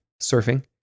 surfing